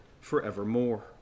forevermore